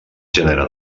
gènere